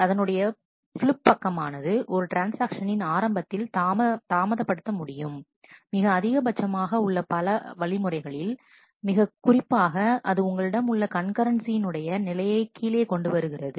அதனுடைய ஃப்லிப் பக்கமானது ஒரு ட்ரான்ஸ்ஆக்ஷனின் ஆரம்பத்தில் தாமதப்படுத்த முடியும் மிக அதிகபட்சமாக உள்ள பல வழிமுறைகளில் மற்றும் மிகக் குறிப்பாக அது உங்களிடம் உள்ள கண் கரன்சியின் உடைய நிலையை கீழே கொண்டு வருகிறது